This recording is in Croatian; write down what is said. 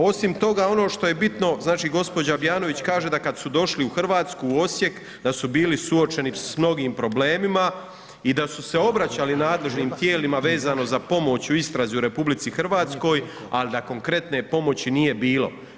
Osim toga ono što je bitno, znači gospođa Abjanović kaže da kad su došli u Hrvatsku, u Osijek, da su bili suočeni s mnogim problemima i da su se obraćali nadležnim tijelima vezano za pomoć u istrazi u Republici Hrvatskoj, ali da konkretne pomoći nije bilo.